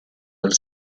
dal